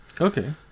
Okay